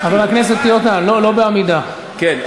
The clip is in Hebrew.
אינו נוכח חיים ילין,